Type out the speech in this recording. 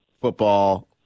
football